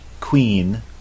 queen